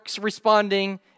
responding